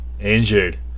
Injured